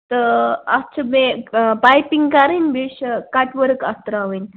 تہٕ اتھ چھِ بیٚیہِ پایپِنٛگ کِرٕنی بٚییہِ چھا کَٹ ؤرٕک اتھ تراوٕنۍ